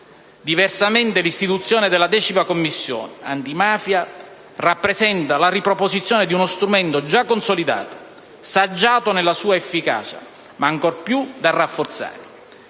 ripetitivo. L'istituzione della decima Commissione antimafia infatti rappresenta la riproposizione di uno strumento già consolidato, saggiato nella sua efficacia, ma ancor più da rafforzare,